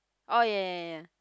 oh ya ya ya ya